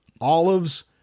olives